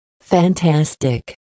Fantastic